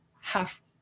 half